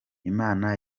imana